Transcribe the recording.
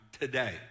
today